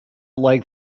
like